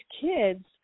kids